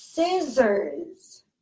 Scissors